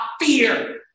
fear